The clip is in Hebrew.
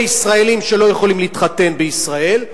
ישראלים שלא יכולים להתחתן בישראל,